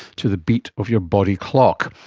to the beat of your body clock.